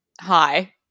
hi